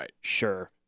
sure